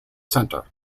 centre